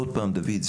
דויד,